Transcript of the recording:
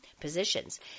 positions